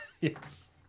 Yes